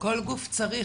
כל גוף צריך,